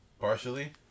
Partially